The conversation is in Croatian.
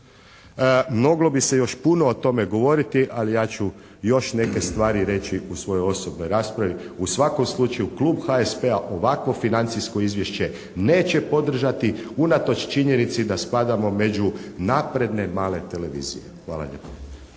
Moglo bi se još puno o tome govoriti, ali ja ću još neke stvari reći u svojoj osobnoj raspravi. U svakom slučaju klub HSP-a ovakvo financijsko izvješće neće podržati unatoč činjenici da spadamo među napredne male televizije. Hvala lijepo.